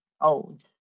old